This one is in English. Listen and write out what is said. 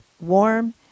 warm